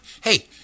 Hey